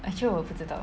actually 我也不知道